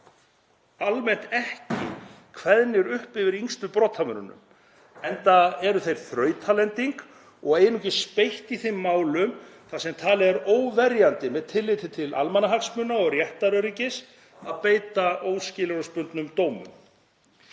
almennt ekki kveðnir upp yfir yngstu brotamönnunum, enda þrautalending, og er einungis beitt í þeim málum þar sem talið er óverjandi með tilliti til almannahagsmuna og réttaröryggis að beita skilorðsbundnum dómi.